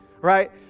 right